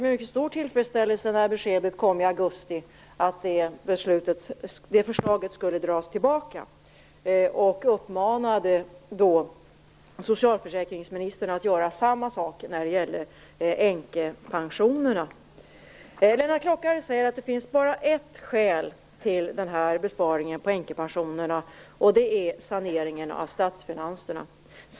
Vi kristdemokrater hälsade beskedet om att förslaget skulle dras tillbaka, när det kom i augusti, med mycket stor tillfredsställelse och vi uppmanade socialförsäkringsministern att göra samma sak när det gällde änkepensionerna. Lennart Klockare säger att det bara finns ett skäl till besparingen på änkepensionerna - saneringen av statsfinanserna.